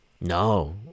no